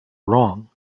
wrong